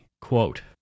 quote